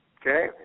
Okay